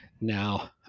Now